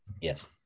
Yes